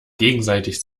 gegenseitig